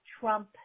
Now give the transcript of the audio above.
Trump